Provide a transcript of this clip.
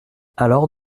alors